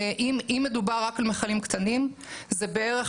אם מדובר רק על מכלים קטנים זה בערך,